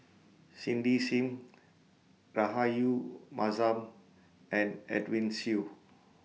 Cindy SIM Rahayu Mahzam and Edwin Siew